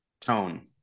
tone